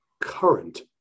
current